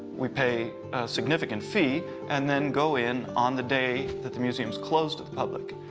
we pay a significant fee and then go in on the day that the museum's closed to the public,